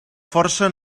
força